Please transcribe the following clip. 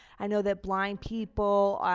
i know that blind people,